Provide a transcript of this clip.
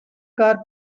car